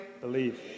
Believe